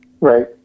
Right